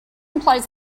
implies